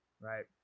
Right